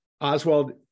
Oswald